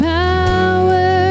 power